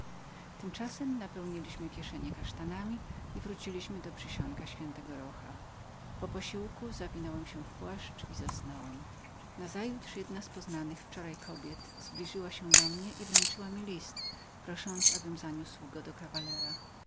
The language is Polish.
tymczasem napełniliśmy kieszenie kasztanami wróciliśmy do przysionka ś rocha i posiliwszy się każdy zawinął się w swój płaszcz i zasnął nazajutrz nazajutrz jedna z wczorajszych kobiet zbliżyła się do mnie i wręczyła mi list mówiąc abym czemprędzej zaniósł go do kawalera